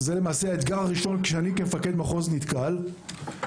זה למעשה האתגר הראשון שאני כמפקד מחוז נתקל בו,